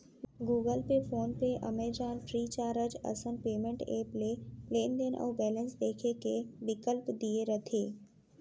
Google Pay, PhonePe, Amazon, FreeCharge असन payment app ले लेनदेन अउ बेलेंस देखे के बिकल्प दिये रथे